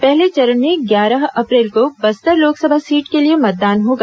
पहले चरण में ग्यारह अप्रैल को बस्तर लोकसभा सीट के लिए मतदान होगा